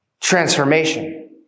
transformation